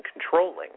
controlling